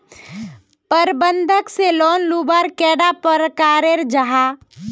प्रबंधन से लोन लुबार कैडा प्रकारेर जाहा?